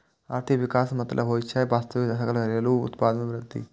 आर्थिक विकासक मतलब होइ छै वास्तविक सकल घरेलू उत्पाद मे वृद्धि